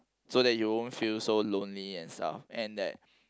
so that you won't feel so lonely and stuff and that